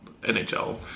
NHL